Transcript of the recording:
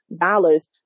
dollars